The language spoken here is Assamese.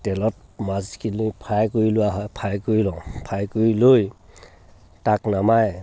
তেলত মাছখিনি ফ্ৰাই কৰি লোৱা হয় ফ্ৰাই কৰি লওঁ ফ্ৰাই কৰি লৈ তাক নমাই